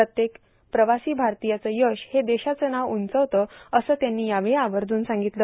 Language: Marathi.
प्रत्येक प्रवासी भारतीयाचं यश हे देशाचं नाव उंचावतं असं त्यांनी यावेळी आवर्जून सांगितलं